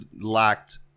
lacked